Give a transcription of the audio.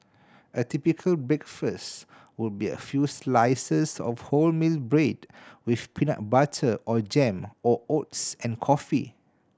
a typical breakfast would be a few slices of wholemeal bread with peanut butter or jam or oats and coffee